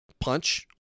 punch